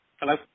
Hello